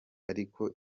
ariko